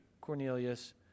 Cornelius